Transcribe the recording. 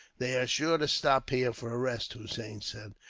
they are sure to stop here, for a rest, hossein said.